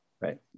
Right